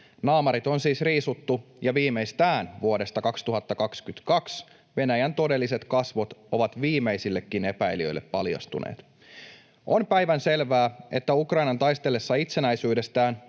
naamarit on siis riisuttu, ja viimeistään vuodesta 2022 Venäjän todelliset kasvot ovat viimeisillekin epäilijöille paljastuneet. On päivänselvää, että Ukrainan taistellessa itsenäisyydestään